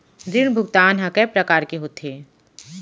ऋण भुगतान ह कय प्रकार के होथे?